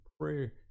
pray